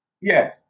Yes